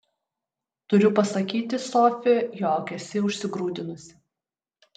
turiu pasakyti sofi jog esi užsigrūdinusi